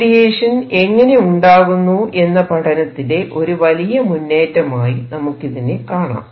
radiation എങ്ങനെ ഉണ്ടാകുന്നു എന്നപഠനത്തിലെ ഒരു വലിയ മുന്നേറ്റമായി നമുക്കിതിനെ കാണാം